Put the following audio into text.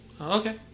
Okay